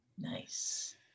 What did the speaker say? Nice